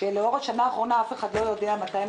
כשלאור השנה האחרונה אף אחד לא יודע מתי הן